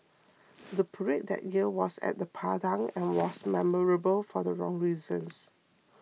the parade that year was at the Padang and was memorable for the wrong reasons